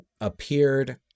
appeared